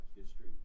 history